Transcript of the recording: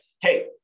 hey